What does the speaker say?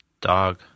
dog